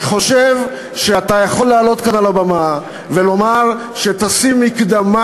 ואני חושב שאתה יכול לעלות כאן על הבמה ולומר שתשים מקדמה